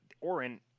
Orin